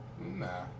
Nah